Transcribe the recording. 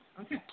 Okay